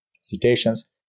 citations